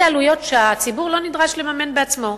אלה עלויות שהציבור לא נדרש לממן בעצמו.